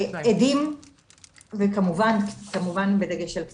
עדים וכמובן בדגש על קטינים.